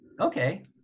okay